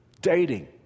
dating